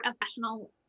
professional